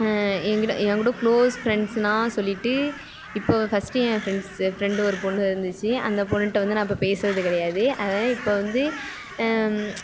என் கூட என் கூட க்ளோஸ் ஃப்ரெண்ட்ஸ்னால் சொல்லிட்டு இப்போ ஃபஸ்ட்டு என் ஃப்ரெண்ட்ஸ் என் ஃப்ரெண்டு ஒரு பெண்ணு இருந்துச்சு அந்த பொண்ணுகிட்ட வந்து நான் இப்போ பேசுவது கிடையாது அதை இப்போ வந்து